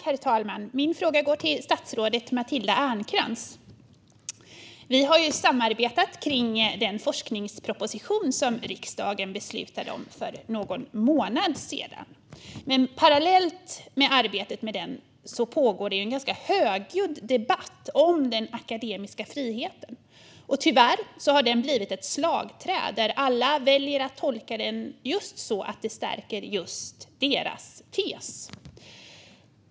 Herr talman! Min fråga går till statsrådet Matilda Ernkrans. Vi har samarbetat kring den forskningsproposition som riksdagen beslutade om för någon månad sedan, men parallellt med arbetet med den pågår en ganska högljudd debatt om den akademiska friheten. Tyvärr har den blivit ett slagträ där alla väljer att tolka den så att just deras tes stärks.